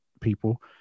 people